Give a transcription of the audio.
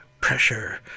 pressure